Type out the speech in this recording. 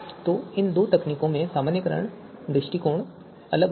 तो इन दो तकनीकों में सामान्यीकरण दृष्टिकोण अलग है